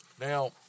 Now